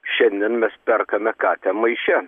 šiandien mes perkame katę maiše